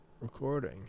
recording